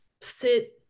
Sit